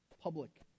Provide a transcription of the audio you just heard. Public